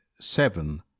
seven